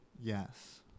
Yes